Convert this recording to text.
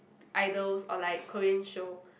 idols or like Korean show